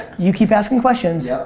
you keep asking questions yep.